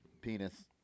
Penis